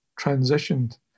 transitioned